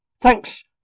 Thanks